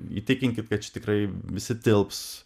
įtikinkit kad čia tikrai visi tilps